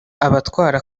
abatwara